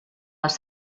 els